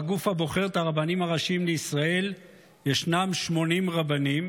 בגוף הבוחר את הרבנים הראשיים לישראל יש 80 רבנים,